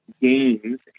games